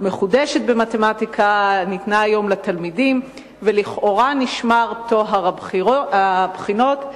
מחודשת במתמטיקה, ולכאורה נשמר טוהר הבחינות.